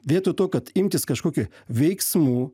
vietoj to kad imtis kažkokio veiksmų